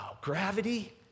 Gravity